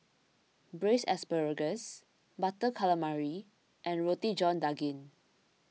Braised Asparagus Butter Calamari and Roti John Daging